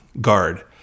Guard